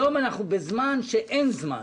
היום אנחנו בזמן שאין זמן.